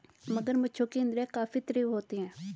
मगरमच्छों की इंद्रियाँ काफी तीव्र होती हैं